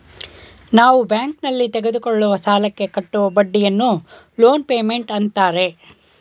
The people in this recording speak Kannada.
ನಾವು ಬ್ಯಾಂಕ್ನಲ್ಲಿ ತೆಗೆದುಕೊಳ್ಳುವ ಸಾಲಕ್ಕೆ ಕಟ್ಟುವ ಬಡ್ಡಿಯನ್ನು ಲೋನ್ ಪೇಮೆಂಟ್ ಅಂತಾರೆ